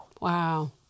Wow